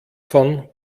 von